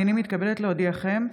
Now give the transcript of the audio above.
הינני מתכבדת להודיעכם,